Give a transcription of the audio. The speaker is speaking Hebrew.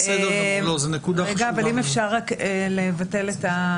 אני אגיד שמטה ישראל דיגיטלית,